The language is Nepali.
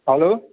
हेलो